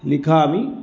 लिखामि